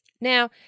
Now